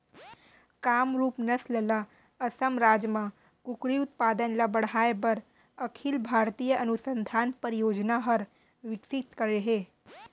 कामरूप नसल ल असम राज म कुकरी उत्पादन ल बढ़ाए बर अखिल भारतीय अनुसंधान परियोजना हर विकसित करे हे